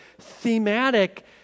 thematic